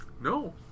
No